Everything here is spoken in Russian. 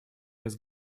без